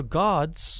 gods